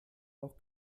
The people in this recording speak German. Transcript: noch